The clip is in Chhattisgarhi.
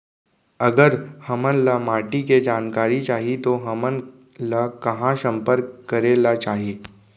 अगर हमन ला माटी के जानकारी चाही तो हमन ला कहाँ संपर्क करे ला चाही?